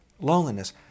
loneliness